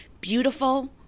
beautiful